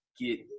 get